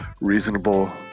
reasonable